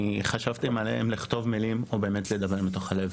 חשבתי האם אני צריך לכתוב מילים או באמת לדבר מתוך הלב.